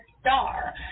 star